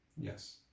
Yes